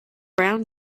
brown